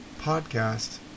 podcast